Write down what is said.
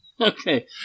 Okay